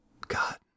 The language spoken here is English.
God